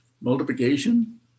Multiplication